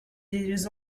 des